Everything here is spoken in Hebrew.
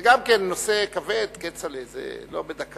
זה גם כן נושא כבד, כצל'ה, זה לא בדקה.